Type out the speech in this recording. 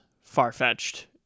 Far-fetched